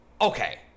okay